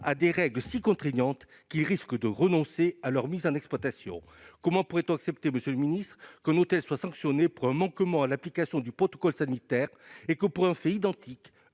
à des règles si contraignantes qu'il risque de renoncer à toute mise en exploitation ? Comment accepter qu'un hôtel soit sanctionné pour un manquement à l'application du protocole sanitaire et que, pour un fait identique,